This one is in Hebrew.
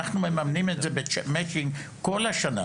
אנחנו מממנים את זה במצ'ינג כל השנה,